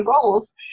goals